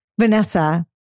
Vanessa